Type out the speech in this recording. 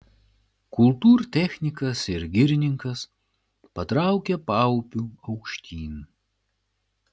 kultūrtechnikas ir girininkas patraukė paupiu aukštyn